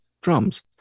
drums